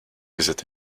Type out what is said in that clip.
gezet